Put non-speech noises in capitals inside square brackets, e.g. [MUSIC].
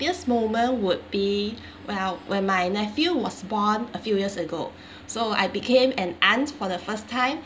~piest moment would be [BREATH] well when my nephew was born a few years ago [BREATH] so I became an aunt for the first time